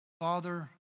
Father